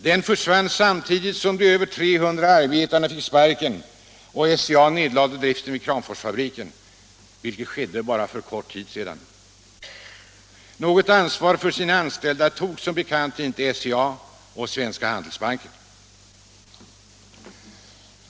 Den försvann samtidigt som de över 300 arbetarna fick sparken och SCA nedlade driften vid Kramforsfabriken, vilket skedde för bara en kort tid sedan. Något ansvar för sina anställda tog som bekant inte SCA och Svenska Handelsbanken.